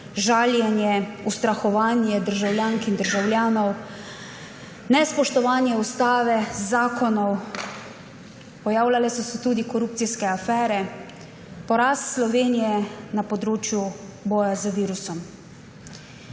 žaljenje, ustrahovanje državljank in državljanov, nespoštovanje ustave, zakonov, pojavljale so se tudi korupcijske afere, porast Slovenije na področju boja z virusom.